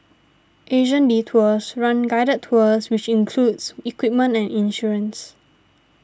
Asian Detours runs guided tours which includes equipment and insurance